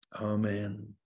Amen